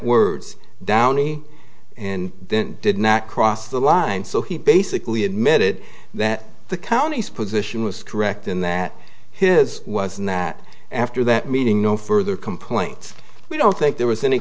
words downey and then did not cross the line so he basically admitted that the county's position was correct in that his was and that after that meeting no further complaints we don't think there was any